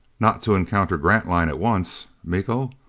not to encounter grantline at once, miko?